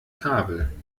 kabel